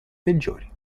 peggiori